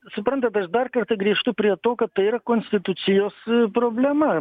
suprantat aš dar kartą grįžtu prie to kad tai yra konstitucijos problema